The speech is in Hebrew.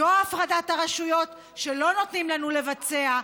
זו הפרדת הרשויות שלא נותנים לנו לבצע,